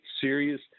serious